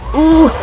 ooh!